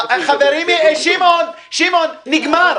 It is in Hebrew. חברים, שמעון, נגמר.